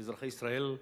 אזרחי ישראל,